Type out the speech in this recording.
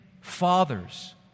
Fathers